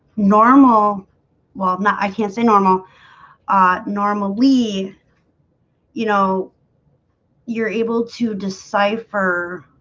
normal well, no, i can't say normal ah normal lead you know you're able to decipher